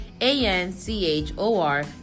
a-n-c-h-o-r